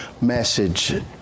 message